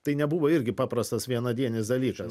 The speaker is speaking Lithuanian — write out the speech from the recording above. tai nebuvo irgi paprastas vienadienis dalykas